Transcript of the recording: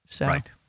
Right